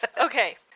Okay